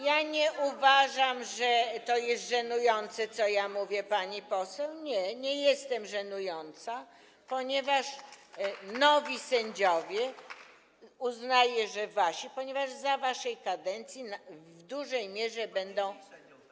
Ja nie uważam, że to jest żenujące, co ja mówię, pani poseł, nie, nie jestem żenująca, ponieważ nowi sędziowie - uznaję, że wasi, ponieważ za waszej kadencji w dużej mierze będą.